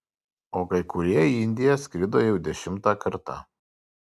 o kai kurie į indiją skrido jau dešimtą kartą